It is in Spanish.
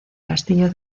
castillo